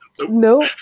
Nope